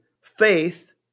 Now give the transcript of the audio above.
Faith